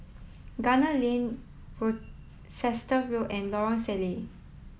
Gunner Lane Worcester Road and Lorong Salleh